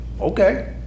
Okay